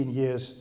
years